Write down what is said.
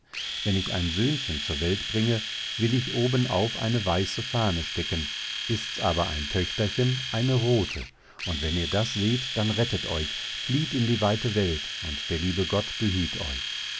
wenn ich ein söhnchen zur welt bringe will ich obenauf eine weiße fahne stecken ists aber ein töchterchen eine rothe und wenn ihr das seht dann rettet euch flieht in die weite welt und der liebe gott behüt euch